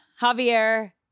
Javier